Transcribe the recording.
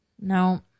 No